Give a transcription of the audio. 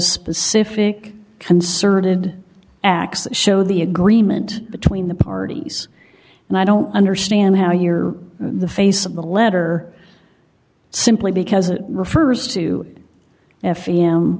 specific concerted acts show the agreement between the parties and i don't understand how you're the face of the letter simply because it refers to f